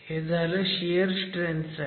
हे झालं shear strength साठी